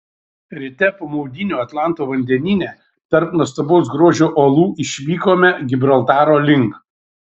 ryte po maudynių atlanto vandenyne tarp nuostabaus grožio uolų išvykome gibraltaro link